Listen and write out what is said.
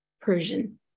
Persian